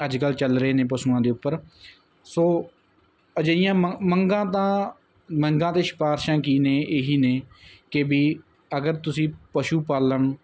ਅੱਜ ਕੱਲ੍ਹ ਚੱਲ ਰਹੇ ਨੇ ਪਸ਼ੂਆਂ ਦੇ ਉੱਪਰ ਸੋ ਅਜਿਹੀਆਂ ਮ ਮੰਗਾਂ ਤਾਂ ਮੰਗਾਂ ਅਤੇ ਸਿਫਾਰਿਸ਼ਾਂ ਕੀ ਨੇ ਇਹੀ ਨੇ ਕਿ ਵੀ ਅਗਰ ਤੁਸੀਂ ਪਸ਼ੂ ਪਾਲਣ